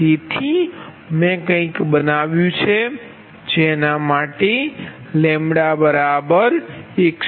તેથી મેં કંઈક બનાવ્યું છે જેના માટે λ117